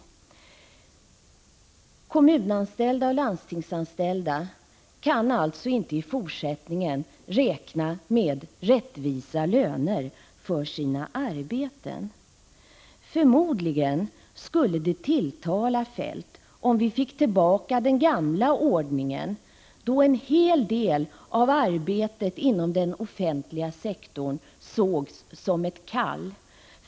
Kommunanställda och landstingsanställda kan alltså inte i fortsättningen räkna med rättvisa löner för sina arbeten. Förmodligen skulle det tilltala Kjell-Olof Feldt om vi fick tillbaka den gamla ordningen då en hel del av arbetet inom den offentliga sektorn sågs som ett kall.